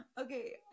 Okay